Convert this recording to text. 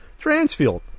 Transfield